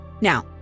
Now